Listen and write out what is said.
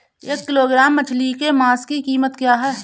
एक किलोग्राम मछली के मांस की कीमत क्या है?